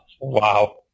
Wow